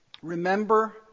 Remember